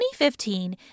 2015